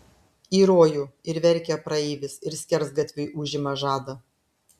į rojų ir verkia praeivis ir skersgatviui užima žadą